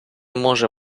може